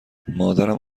مادرم